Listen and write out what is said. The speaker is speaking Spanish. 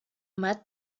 matt